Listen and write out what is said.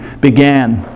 began